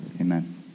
Amen